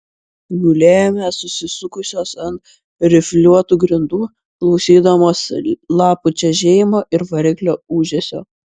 gulėjome susisukusios ant rifliuotų grindų klausydamos lapų čežėjimo ir variklio ūžesio